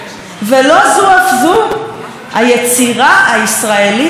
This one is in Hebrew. היצירה הישראלית הקולנועית היא חופשית,